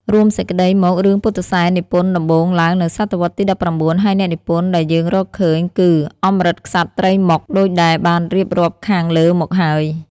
រួមសេចក្តីមករឿងពុទ្ធសែននិពន្ធដំបូងឡើងនៅស.វទី១៩ ហើយអ្នកនិពន្ធដែលយើងរកឃើញ គឺអម្រឹតក្សត្រីម៉ុក ដូចដែលបានរៀបរាប់ខាងលើមកហើយ។